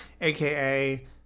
AKA